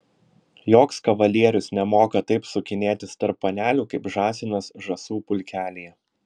joks kavalierius nemoka taip sukinėtis tarp panelių kaip žąsinas žąsų pulkelyje